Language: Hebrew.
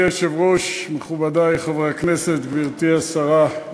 אדוני היושב-ראש, מכובדי חברי הכנסת, גברתי השרה,